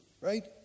right